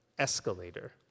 escalator